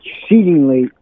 exceedingly